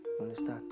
Understand